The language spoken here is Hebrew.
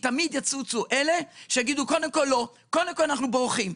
הרי תמיד יצוצו אלה שקודם כול יגידו לא ויברחו מאחריות,